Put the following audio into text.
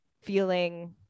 feeling